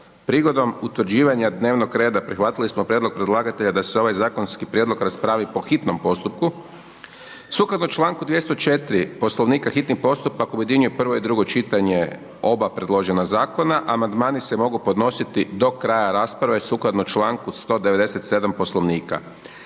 Prigodom utvrđivanja dnevnog reda, prihvatili smo prijedlog predlagatelja da se ovaj zakonski prijedlog raspravi po hitnom postupku. Sukladno članku 204. Poslovnika, hitni postupak objedinjuje prvo i drugo čitanje oba predložena Zakona, amandmani se mogu podnositi do kraja rasprave sukladno članku 197. Poslovnika.